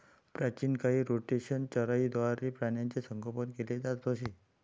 प्राचीन काळी रोटेशनल चराईद्वारे प्राण्यांचे संगोपन केले जात असे